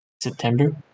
september